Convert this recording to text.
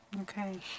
Okay